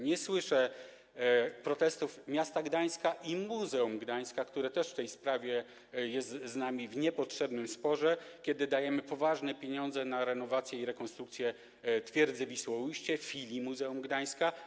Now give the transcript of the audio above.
Nie słyszę protestów miasta Gdańska i Muzeum Gdańska, które też w tej sprawie jest z nami w niepotrzebnym sporze, kiedy dajemy poważne pieniądze na renowację i rekonstrukcję Twierdzy Wisłoujście, filii Muzeum Gdańska.